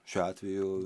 šiuo atveju